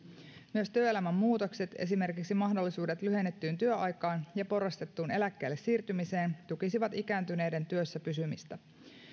myös työelämän muutokset esimerkiksi mahdollisuudet lyhennettyyn työaikaan ja porrastettuun eläkkeelle siirtymiseen tukisivat ikääntyneiden työssäpysymistä